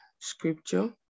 scripture